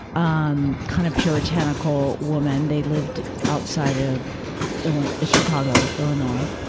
um, kind of puritanical woman. they lived outside of illi chicago, illinois.